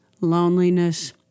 Loneliness